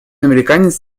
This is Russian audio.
американец